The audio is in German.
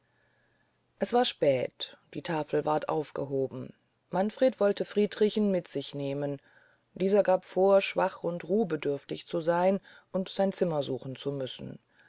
es war spät die tafel ward aufgehoben manfred wolte friedrichen mit sich nehmen dieser gab vor schwach und ruhbedürftig zu seyn und sein zimmer suchen zu müssen